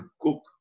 cook